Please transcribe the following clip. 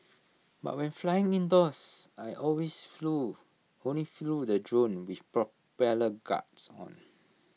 but when flying indoors I always flew only flew the drone with propeller guards on